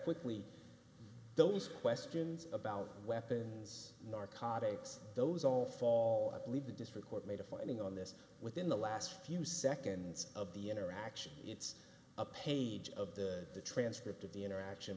quickly those questions about weapons narcotics those all fall leave the district court made a finding on this within the last few seconds of the interaction it's a page of the the transcript of the interaction